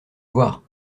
voir